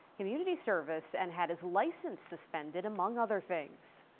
community service and had his license suspended among other things.